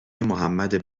محمد